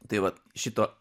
tai vat šito